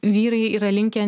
vyrai yra linkę